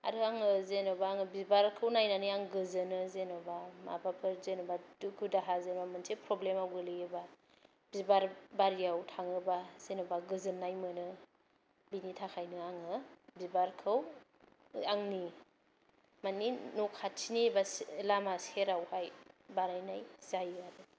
आरो आङो जेन'बा आङो बिबारखौ नायनानै आं गोजोनो जेन'बा माबाफोर जेन'बा दुखु दाहाजों मोनसे प्रब्लेम आव गोलैयोब्ला बिबार बारियाव थाङोबा जेन'बा गोजोन्नाय मोनो बेनि थाखायनो आङो बिबारखौ आंनि मानि न खाथिनि बा सि लामा सेराव हाय बानायनाय जायो आरो